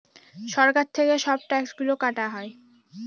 সরকার থেকে সব ট্যাক্স গুলো কাটা হয়